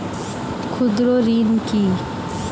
ক্ষুদ্র ঋণ কি?